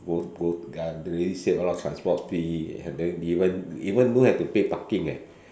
both both already save a lot transport fee and then don't even even don't have to pay parking eh